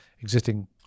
existing